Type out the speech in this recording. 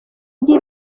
gihe